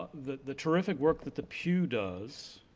the the terrific work that the pew does.